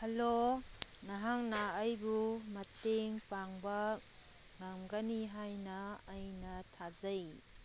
hello ꯅꯍꯥꯛꯅ ꯑꯩꯕꯨ ꯃꯇꯦꯡ ꯄꯥꯡꯕ ꯉꯝꯒꯅꯤ ꯍꯥꯏꯅ ꯑꯩꯅ ꯊꯥꯖꯩ